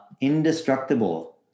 indestructible